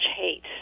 Hate